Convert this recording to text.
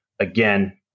Again